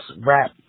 rap